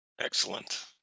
Excellent